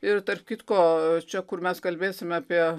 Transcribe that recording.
ir tarp kitko čia kur mes kalbėsime apie